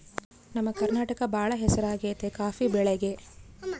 ನಮ್ಮ ಕರ್ನಾಟಕ ಬಾಳ ಹೆಸರಾಗೆತೆ ಕಾಪಿ ಬೆಳೆಕ